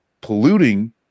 polluting